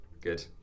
good